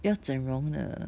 要整容的